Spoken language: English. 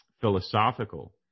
philosophical